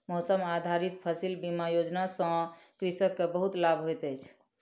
मौसम आधारित फसिल बीमा योजना सॅ कृषक के बहुत लाभ होइत अछि